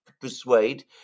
persuade